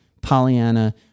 Pollyanna